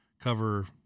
cover